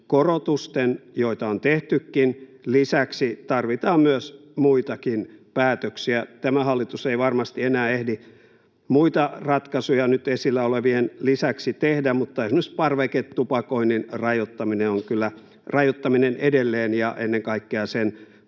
korotusten, joita on tehtykin, lisäksi tarvitaan muitakin päätöksiä. Tämä hallitus ei varmasti enää ehdi muita ratkaisuja nyt esillä olevien lisäksi tehdä, mutta esimerkiksi parveketupakoinnin rajoittaminen edelleen ja ennen kaikkea sen